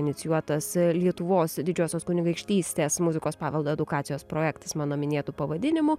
inicijuotas lietuvos didžiosios kunigaikštystės muzikos paveldo edukacijos projektas mano minėtu pavadinimu